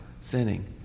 sinning